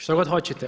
Što god hoćete.